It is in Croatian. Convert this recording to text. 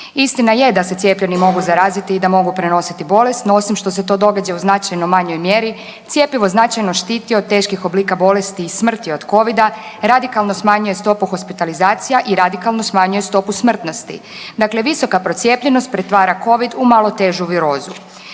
istina je da se cijepljeni mogu zaraziti i da mogu prenositi bolest no osim što se to događa u značajno manjoj mjeri cjepivo značajno štiti od teškog oblika bolesti i smrti od covida, radikalno smanjuje stopu hospitalizacija i radikalno smanjuje stopu smrtnosti. Dakle, visoka procijepljenost pretvara covid u malo težu virozu.